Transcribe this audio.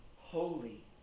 Holy